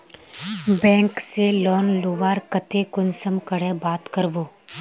Bank से लोन लुबार केते कुंसम करे बात करबो?